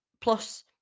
plus